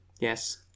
Yes